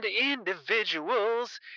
individuals